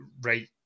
right